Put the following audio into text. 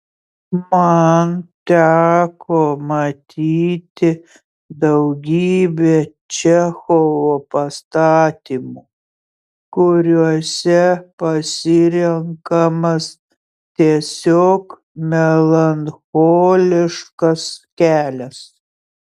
man teko matyti daugybę čechovo pastatymų kuriuose pasirenkamas tiesiog melancholiškas kelias